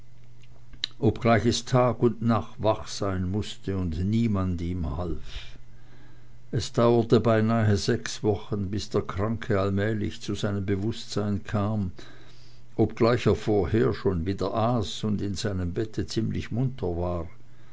obgleich es tag und nacht wach sein mußte und niemand ihm half es dauerte beinahe sechs wochen bis der kranke allmählich zu seinem bewußtsein kam obgleich er vorher schon wieder aß und in seinem bette ziemlich munter war